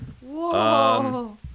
Whoa